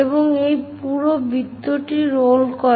এবং এই পুরো বৃত্তটি রোল করে